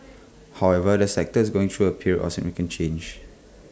however the sector is going through A period of significant change